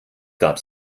gab